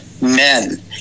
men